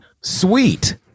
sweet